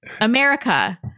America